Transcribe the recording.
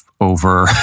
over